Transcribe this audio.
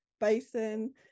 Bison